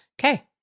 okay